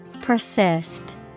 persist